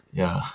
ya